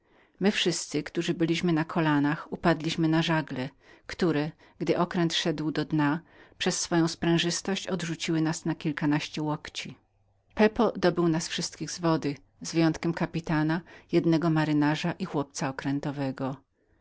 my wszyscy którzy byliśmy na kolanach upadliśmy na żagle które gdy okręt szedł do dna przez swoją sprężystość odrzuciły nas na kilkanaście łokci pepo dobył nas wszystkich z wody wyjąwszy kapitana jednego majtka i chłopca okrętowego